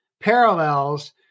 parallels